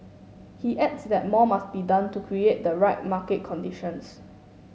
he adds that more must be done to create the right market conditions